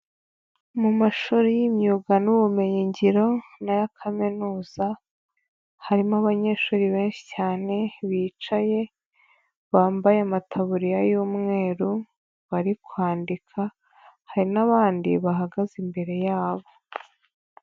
Mu mashuri y'imyuga n'ubumenyigiro n'aya kaminuza harimo abanyeshuri benshi cyane bicaye, bambaye amataburiya y'umweru, bari kwandika, hari n'abandi bahagaze imbere yabo.